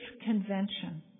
convention